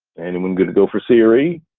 anyone good to go for c or e?